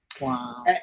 Wow